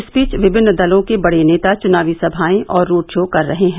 इस बीच विभिन्न दलों के बड़े नेता चुनावी सभाएं और रोड शो कर रहे हैं